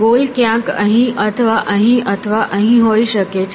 goal ક્યાંક અહીં અથવા અહીં અથવા અહીં હોઈ શકે છે